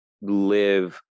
live